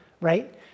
right